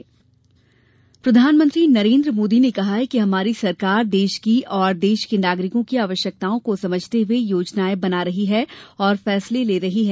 PM शिलान्यास प्रधानमंत्री नरेन्द्र मोदी ने कहा है कि हमारी सरकार देश की और देश के नागरिकों की आवश्यकताओं को समझते हुए योजनायें बना रही है और फैसले ले रही है